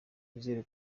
nizere